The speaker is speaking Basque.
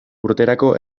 urterako